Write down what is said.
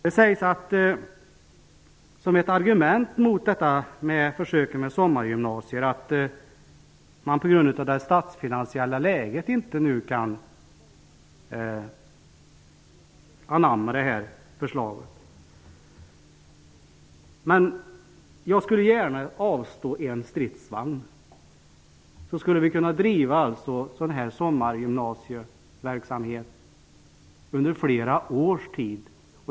Det sägs som ett argument mot försöket med sommargymnasier att man på grund av det statsfinansiella läget inte nu kan anamma förslaget. Men jag skulle gärna avstå en stridsvagn. Då skulle vi kunna driva sommargymnasieverksamhet under flera års tid.